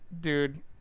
dude